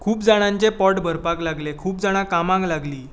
खूब जाणांचें पोट भरपाक लागले खूब जाणां कामाक लागलीं